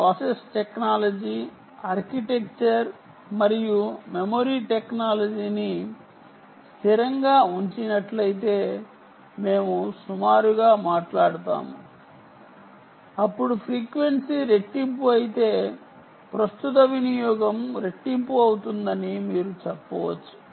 process technology architecture మరియు memory technology సుమారుగా ఈ మూడింటిని స్థిరంగా ఉంచినట్లయితే అప్పుడు ఫ్రీక్వెన్సీ రెట్టింపు అయితే ప్రస్తుత వినియోగం రెట్టింపు అవుతుందని మీరు చెప్పవచ్చు